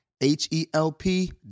H-E-L-P